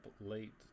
late